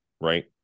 right